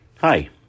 Hi